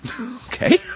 Okay